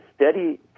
steady